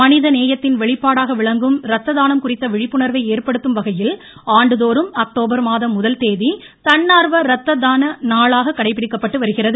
மனித நேயத்தின் வெளிப்பாடாக விளங்கும் ரத்த தானம் குறித்த விழிப்புணர்வை ஏற்படுத்தும்வகையில் ஆண்டுதோறும் அக்டோபர் மாதம் முதல் தேதி தன்னார்வ ரத்த தான நாளாக கடைப்பிடிக்கப்பட்டு வருகிறது